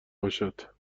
باشد